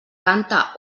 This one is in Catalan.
canta